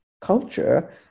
culture